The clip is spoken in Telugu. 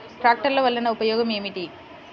ట్రాక్టర్లు వల్లన ఉపయోగం ఏమిటీ?